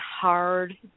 hard